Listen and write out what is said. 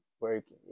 working